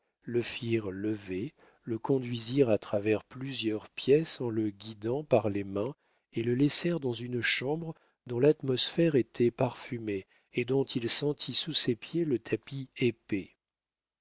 le firent lever le conduisirent à travers plusieurs pièces en le guidant par les mains et le laissèrent dans une chambre dont l'atmosphère était parfumée et dont il sentit sous ses pieds le tapis épais